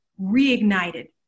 reignited